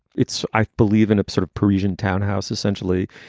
it's, i believe, in a sort of parisian townhouse, essentially.